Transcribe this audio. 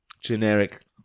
Generic